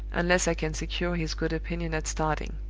unless i can secure his good opinion at starting.